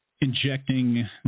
injecting